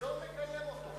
הוא לא מקיים אותו.